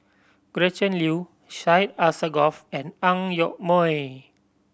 Gretchen Liu Syed Alsagoff and Ang Yoke Mooi